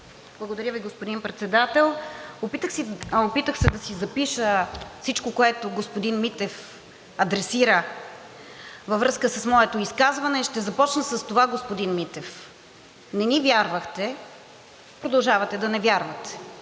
Благодаря Ви, господин Председател. Опитах се да си запиша всичко, което господин Митев адресира във връзка с моето изказване. Ще започна с това, господин Митев – не ни вярвахте, продължавате да не вярвате.